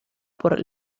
por